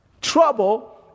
trouble